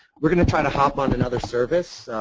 we're going to try to hop on another service.